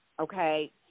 okay